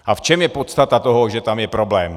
A v čem je podstata toho, že tam je problém?